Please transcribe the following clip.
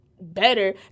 better